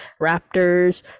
raptors